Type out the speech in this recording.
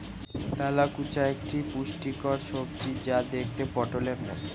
তেলাকুচা একটি পুষ্টিকর সবজি যা দেখতে পটোলের মতো